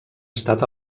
estat